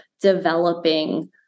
developing